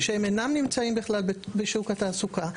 שהם אינם נמצאים בכלל בשוק התעסוקה,